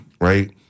Right